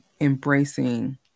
embracing